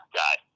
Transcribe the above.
guy